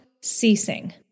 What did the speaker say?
ceasing